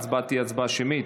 ההצבעה תהיה הצבעה שמית,